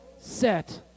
set